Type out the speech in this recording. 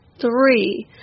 three